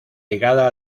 ligada